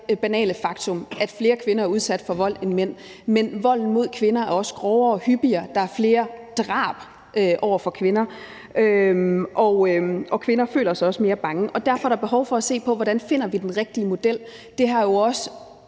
banale faktum, at flere kvinder er udsat for vold end mænd, dels er volden mod kvinder også grovere og hyppigere. Der er flere drab begået mod kvinder, og kvinder føler sig også mere bange. Derfor er der behov for at se på, hvordan vi finder den rigtige model. Jeg har også